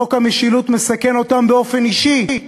חוק המשילות מסכן אותם באופן אישי,